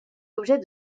l’objet